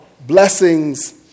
blessings